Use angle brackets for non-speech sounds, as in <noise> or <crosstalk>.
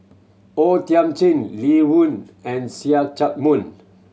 O Thiam Chin Li Rulin and See <unintelligible> Chak Mun